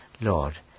Lord